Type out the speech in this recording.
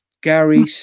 Gary